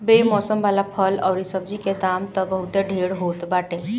बेमौसम वाला फल अउरी सब्जी के दाम तअ बहुते ढेर होत बाटे